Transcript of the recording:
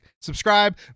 subscribe